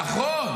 נכון.